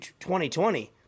2020